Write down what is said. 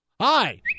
Hi